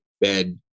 bed